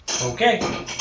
Okay